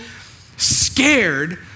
scared